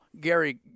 Gary